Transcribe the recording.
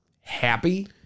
happy